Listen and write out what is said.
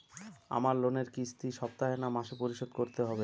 আমার লোনের কিস্তি সপ্তাহে না মাসে পরিশোধ করতে হবে?